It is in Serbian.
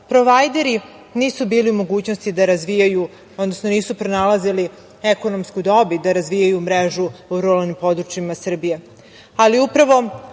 provajderi nisu bili u mogućnosti da razvijaju, odnosno nisu pronalazili ekonomsku dobit da razvijaju mrežu u ruralnim područjima Srbije, ali upravo